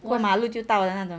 过马路就到的那种